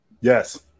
yes